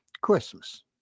Christmas